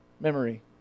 memory